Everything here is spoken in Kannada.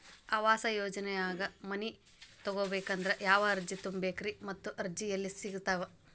ಆವಾಸ ಯೋಜನೆದಾಗ ಮನಿ ತೊಗೋಬೇಕಂದ್ರ ಯಾವ ಅರ್ಜಿ ತುಂಬೇಕ್ರಿ ಮತ್ತ ಅರ್ಜಿ ಎಲ್ಲಿ ಸಿಗತಾವ್ರಿ?